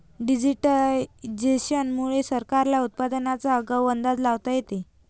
digitisation मुळे सरकारला उत्पादनाचा आगाऊ अंदाज लावता येतो